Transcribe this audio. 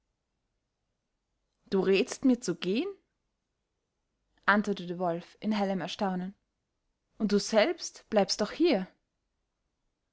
du rätst mir zu gehen antwortete wolf in hellem erstaunen und du selbst bleibst doch hier